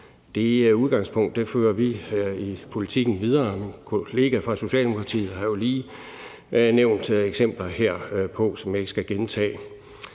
Det udgangspunkt fører vi videre i politikken. Min kollega fra Socialdemokratiet har jo lige nævnt eksempler herpå, som jeg ikke skal gentage.